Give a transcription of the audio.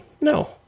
No